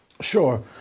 Sure